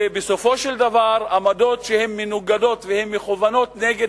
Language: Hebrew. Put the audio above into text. ובסופו של דבר עמדות שהן מנוגדות והן מכוונות נגד